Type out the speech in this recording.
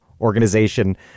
organization